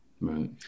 Right